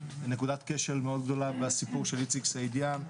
נקודת כשל מאוד גדולה מהסיפור של איציק סעידיאן,